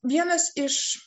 vienas iš